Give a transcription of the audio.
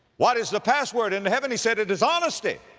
what is the password into heaven? he said, it is honesty.